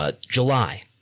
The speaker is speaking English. July